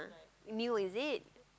new is it